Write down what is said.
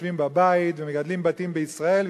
שיושבות בבית ומגדלות בתים בישראל,